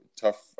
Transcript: tough